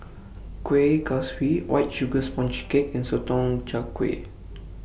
Kuih Kaswi White Sugar Sponge Cake and Sotong Char Kway